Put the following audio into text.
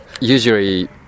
usually